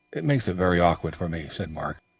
it makes it very awkward for me, said mark.